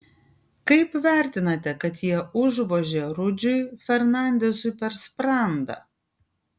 kaip vertinate kad jie užvožė rudžiui fernandezui per sprandą